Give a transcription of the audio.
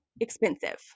expensive